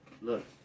Look